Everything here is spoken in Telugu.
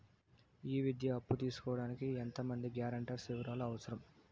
ఈ విద్యా అప్పు తీసుకోడానికి ఎంత మంది గ్యారంటర్స్ వివరాలు అవసరం?